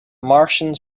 martians